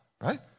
right